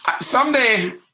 someday